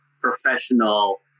professional